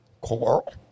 Coral